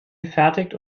gefertigt